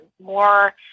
more